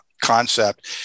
concept